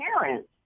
parents